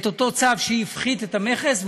את אותו צו שהפחית את המכס,